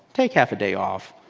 take half a day off.